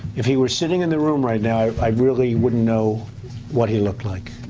if he were sitting in the room right now, i really wouldn't know what he looked like